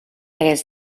hagués